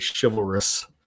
chivalrous